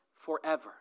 forever